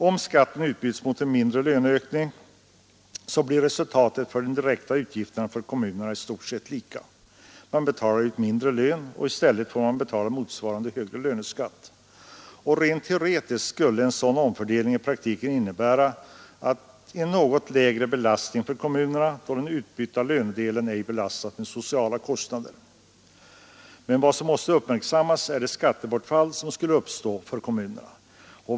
Om det sker en skattehöjning i stället för en löneökning, blir resultatet i fråga om de direkta utgifterna för kommunerna i stort sett lika. De betalar ut mindre lön och i stället får de betala motsvarande högre löneskatt. Rent teoretiskt skulle en sådan omfördelning i praktiken innebära en något lägre belastning för kommunerna, då den utbytta lönedelen ej belastas med sociala kostnader. Men vad som måste uppmärksammas är det skattebortfall som skulle uppstå för kommunerna.